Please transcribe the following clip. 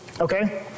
okay